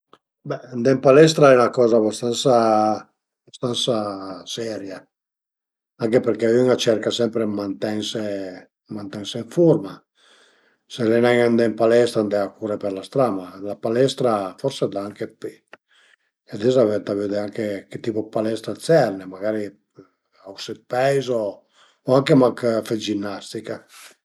I mei prugèt a sun travaié ël bosch, travaié ël bosch al e 'na coza ch'a m'pias, infatti ades l'ai ën programma dui o tre prugèt: a ie 'na mustra che vöi finì e pöi l'ai pena finime ël banchèt cun i due attrezzi, la freza e la sega circular